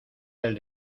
del